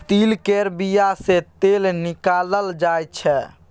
तिल केर बिया सँ तेल निकालल जाय छै